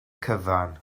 cyfan